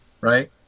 Right